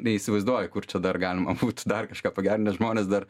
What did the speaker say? neįsivaizduoju kur čia dar galima būtų dar kažką pagerint nes žmonės dar